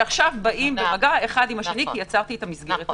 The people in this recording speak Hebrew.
שעכשיו באים במגע אחד עם השני כי יצרתי את המסגרת הזאת.